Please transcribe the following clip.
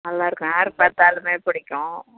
நல்லாயிருக்கும் யார் பார்த்தாலுமேப் பிடிக்கும்